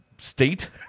state